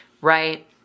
right